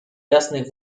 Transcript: jasnych